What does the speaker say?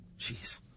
Jeez